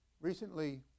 Recently